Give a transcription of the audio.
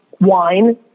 wine